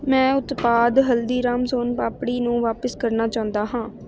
ਮੈਂ ਉਤਪਾਦ ਹਲਦੀਰਾਮ ਸੋਨ ਪਾਪੜੀ ਨੂੰ ਵਾਪਸ ਕਰਨਾ ਚਾਹੁੰਦਾ ਹਾਂ